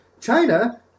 China